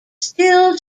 still